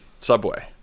subway